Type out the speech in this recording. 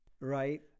Right